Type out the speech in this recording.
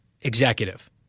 executive